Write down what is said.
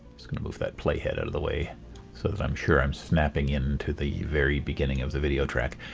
just going to move that play head and of the way so that i'm sure i'm snapping into the very beginning of the video track.